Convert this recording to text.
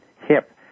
hip